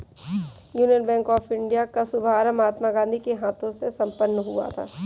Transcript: union Bank of India का शुभारंभ महात्मा गांधी के हाथों से संपन्न हुआ था